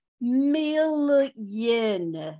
million